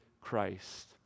Christ